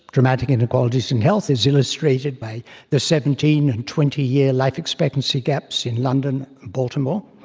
dramatic inequalities in health, is illustrated by the seventeen and twenty year life expectancy gaps in london, baltimore